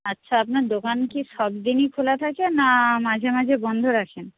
আচ্ছা আপনার দোকান কি সব দিনই খোলা থাকে না মাঝে মাঝে বন্ধ রাখেন